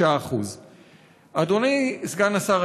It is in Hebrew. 166%. אדוני סגן השר,